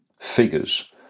figures